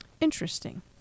Interesting